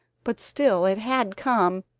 but still it had come,